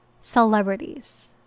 celebrities